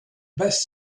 best